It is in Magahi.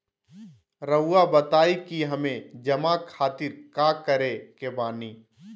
रहुआ बताइं कि हमें जमा खातिर का करे के बानी?